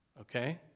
okay